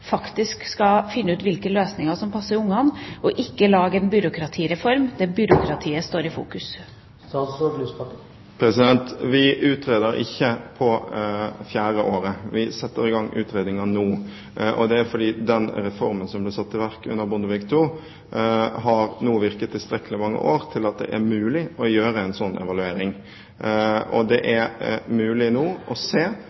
skal finne ut hvilke løsninger som passer barna, og ikke lage en byråkratireform der byråkratiet står i fokus. Vi utreder ikke på fjerde året. Vi setter i gang utredninger nå. Det er fordi den reformen som ble satt i verk under Bondevik II, nå har virket i tilstrekkelig mange år til at det er mulig å gjøre en slik evaluering. Det er mulig nå å se